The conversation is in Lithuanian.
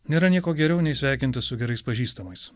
nėra nieko geriau nei sveikintis su gerais pažįstamais